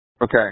Okay